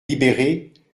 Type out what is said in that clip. libérée